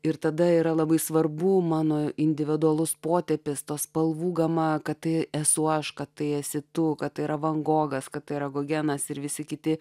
ir tada yra labai svarbu mano individualus potėpis tos spalvų gama kad tai esu aš kad tai esi tu kad tai yra vangokas kad tai yra gogenas ir visi kiti